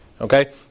Okay